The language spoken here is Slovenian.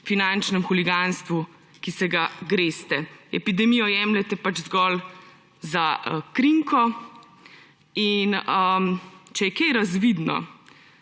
finančnem huliganstvu, ki se ga greste. Epidemijo jemljete pač zgolj za krinko. In če je kaj razvidno,